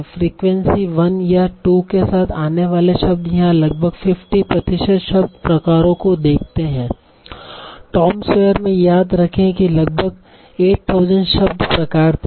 frequency 1 या 2 के साथ आने वाले शब्द यहाँ लगभग 50 प्रतिशत शब्द प्रकारों को देखते हैं टॉम सॉयर में याद रखें लगभग 8000 शब्द प्रकार थे